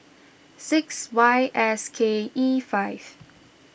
six Y S K E five